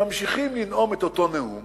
שממשיכים לנאום את אותו נאום